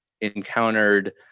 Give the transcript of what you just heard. encountered